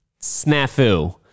snafu